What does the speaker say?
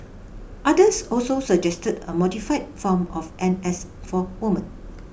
others also suggested a modified form of N S for women